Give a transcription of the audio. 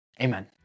Amen